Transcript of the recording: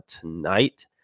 tonight